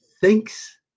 thinks